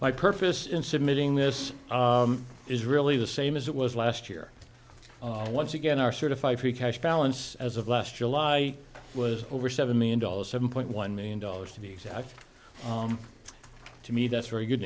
my purpose in submitting this is really the same as it was last year once again are certified free cash balance as of last july was over seven million dollars seven point one million dollars to be exact to me that's very good